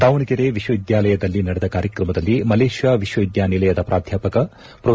ದಾವಣಗೆರೆ ವಿಶ್ವವಿದ್ಯಾಲಯದಲ್ಲಿ ನಡೆದ ಕಾರ್ಯಕ್ರಮದಲ್ಲಿ ಮಲೇಷ್ಯಾ ವಿಶ್ವವಿದ್ಯಾನಿಲಯದ ಪ್ರಾಧ್ಯಾಪಕ ಪ್ರೊ